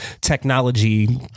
technology